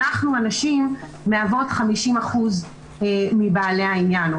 אנחנו הנשים מהוות 50% מבעלי העניין.